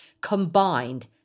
combined